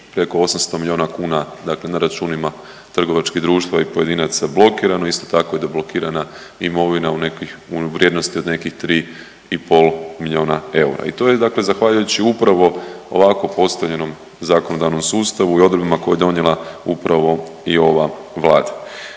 preko 800 milijuna kuna dakle na računima trgovačkih društva i pojedinaca blokirano, isto tako da je i blokirana imovina u nekih, u vrijednosti od nekih 3,5 milijuna eura i to je dakle zahvaljujući upravo ovako postavljenom zakonodavnom sustavu i odredbama koje je donijela upravo i ova Vlada.